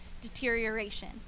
deterioration